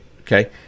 Okay